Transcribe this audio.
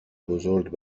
بزرگ